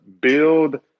build